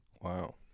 Wow